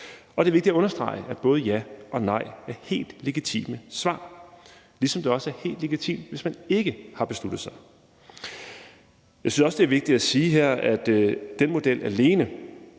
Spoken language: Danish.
og det er vigtigt at understrege, at både ja og nej er helt legitime svar, ligesom det også er helt legitimt, hvis man ikke har besluttet sig. Jeg synes også, det er vigtigt at sige her, at den model med